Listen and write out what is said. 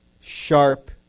sharp